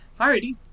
Alrighty